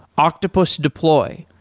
octopus deploy,